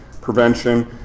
prevention